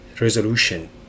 resolution